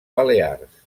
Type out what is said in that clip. balears